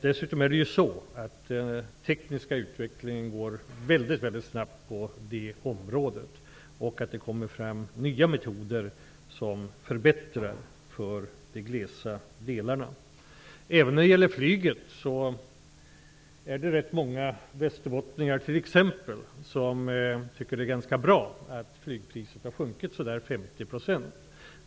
Dessutom går den tekniska utvecklingen väldigt snabbt på det området, och det kommer fram nya metoder som innebär förbättringar för de glesbefolkade delarna. Det finns också bl.a. rätt många västerbottningar som tycker att det är ganska bra att flygpriset har sjunkit med så där 50 %.